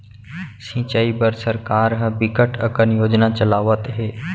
सिंचई बर सरकार ह बिकट अकन योजना चलावत हे